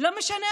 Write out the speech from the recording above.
ולא משנה,